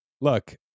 Look